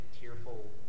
tearful